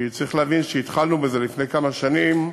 כי צריך להבין, כשהתחלנו בזה לפני כמה שנים,